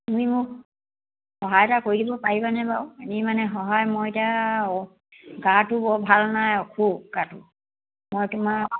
তুমি মোক সহায় এটা কৰি দিব পাৰিবানে বাৰু এনেই মানে সহায় মই এতিয়া গাটো বৰ ভাল নাই অসুখ গাটো মই তোমাৰ